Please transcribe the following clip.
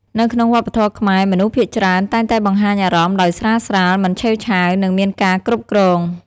នៅក្នុងវប្បធម៌ខ្មែរ មនុស្សភាគច្រើនតែងតែបង្ហាញអារម្មណ៍ដោយស្រាលៗ មិនឆេវឆាវ និងមានការគ្រប់គ្រង។